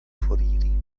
foriri